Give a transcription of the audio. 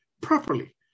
properly